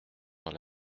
dans